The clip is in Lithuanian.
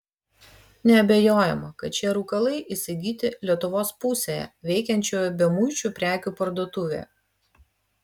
neabejojama kad šie rūkalai įsigyti lietuvos pusėje veikiančioje bemuičių prekių parduotuvėje